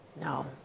No